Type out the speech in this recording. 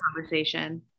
conversation